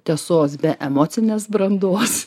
tiesos be emocinės brandos